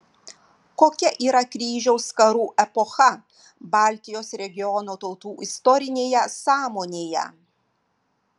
kokia yra kryžiaus karų epocha baltijos regiono tautų istorinėje sąmonėje